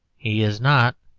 he is not.